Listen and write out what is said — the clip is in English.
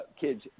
kids